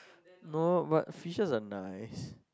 no but fishes are nice